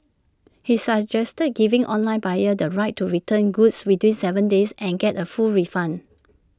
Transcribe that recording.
he suggested giving online buyers the right to return goods within Seven days and get A full refund